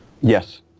Yes